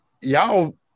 Y'all